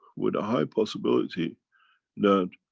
with a high possibility that,